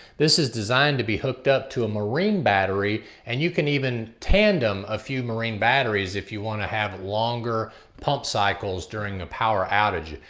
this is designed to be hooked up to a marine battery and you can even tandem a few marine batteries if you want to have a longer pump cycles during a power outage.